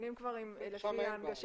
נבנים כבר לפי ההנגשה.